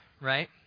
right